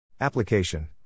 Application